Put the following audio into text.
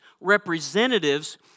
representatives